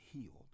healed